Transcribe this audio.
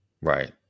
Right